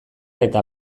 eta